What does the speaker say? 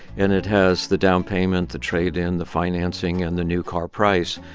and it has the down payment, the trade-in, the financing and the new car price.